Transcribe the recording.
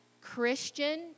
Christian